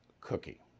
cookie